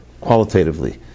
qualitatively